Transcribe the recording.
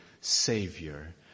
Savior